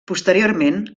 posteriorment